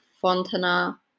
Fontana